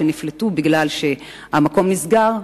שנפלטו בגלל שהמקום נסגר,